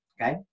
okay